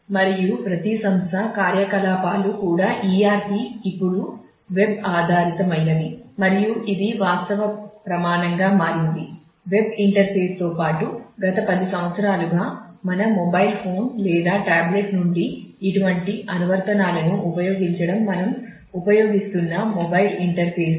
మరియు ప్రతి సంస్థ కార్యకలాపాలు కూడా ERP ఇప్పుడు వెబ్ ఆధారితమైనవి మరియు ఇది వాస్తవ ప్రమాణంగా మారింది